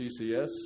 CCS